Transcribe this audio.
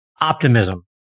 optimism